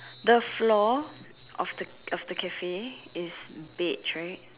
the floor of the of the Cafe is beige right